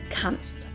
kannst